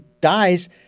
dies